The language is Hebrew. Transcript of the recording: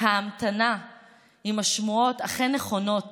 ההמתנה לדעת אם השמועות אכן נכונות